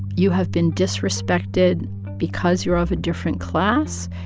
you have been disrespected because you are of a different class.